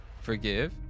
Forgive